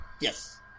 Yes